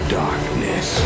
darkness